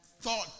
thought